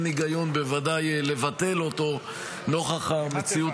בוודאי אין היגיון לבטל אותו נוכח המציאות